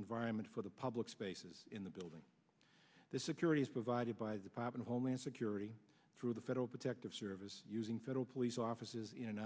environment for the public spaces in the building the security is provided by the pop and homeland security through the federal protective service using federal police offices in